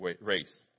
race